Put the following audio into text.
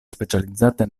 specializzate